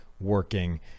working